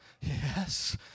Yes